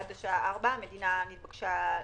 עד השעה ארבע המדינה נתבקשה לעדכן.